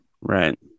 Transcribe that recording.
Right